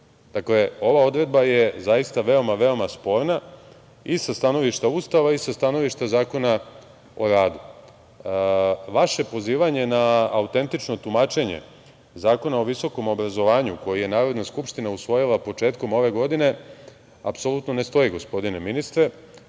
Dakle, ova odredba je veoma sporna i sa stanovišta Ustava i sa stanovišta Zakona o radu. Vaše pozivanje na autentično tumačenje Zakona o visokom obrazovanju koji je Narodna skupština usvojila početkom ove godine apsolutno ne stoji, gospodine ministre,